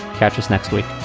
catch us next week